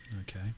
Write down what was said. Okay